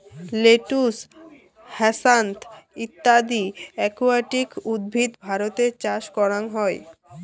lettuce, hyacinth ইত্যদি aquatic উদ্ভিদ ভারতে চাষ করাং হই